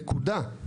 נקודה.